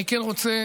אני כן רוצה,